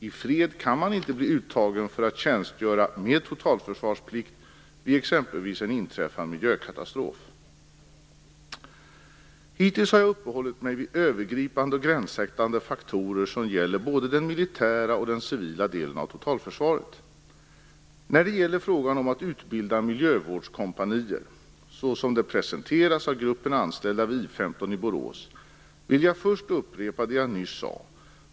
I fred kan man inte bli uttagen för att tjänstgöra med totalförsvarsplikt vid exempelvis en inträffad miljökatastrof. Hittills har jag uppehållit mig vid övergripande gränssättande faktorer som gäller både den militära och den civila delen av totalförsvaret. När det gäller frågan om att utbilda miljövårdskompanier - så som den presenterats av gruppen anställda vid vi I 15 i Borås - vill jag först upprepa det jag nyss sade.